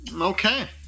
Okay